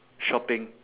shopping